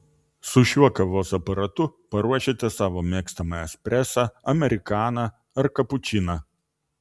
su šiuo kavos aparatu paruošite savo mėgstamą espresą amerikaną ar kapučiną